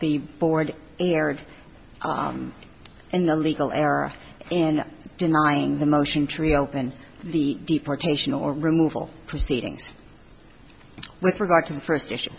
the board erred in the legal error in denying the motion to reopen the deportation or removal proceedings with regard to the first issue